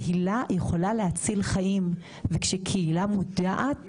קהילה יכולה להציל חיים וכשקהילה מודעת,